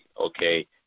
okay